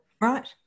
Right